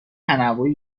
تنوعی